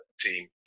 team